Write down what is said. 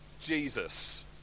Jesus